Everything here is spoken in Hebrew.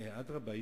אדרבה,